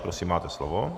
Prosím, máte slovo.